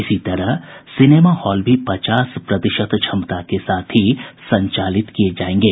इसी तरह cinema hall भी पचास प्रतिशत क्षमता के साथ ही संचालित किये जायेंगे